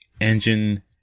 engine